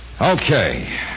Okay